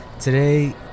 Today